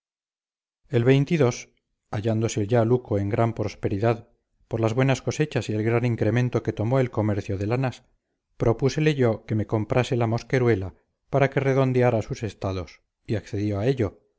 el hallándose ya luco en gran prosperidad por las buenas cosechas y el gran incremento que tomó el comercio de lanas propúsele yo que me comprase la mosqueruela para que redondeara sus estados y accedió a ello